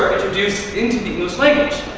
introduced into the english language.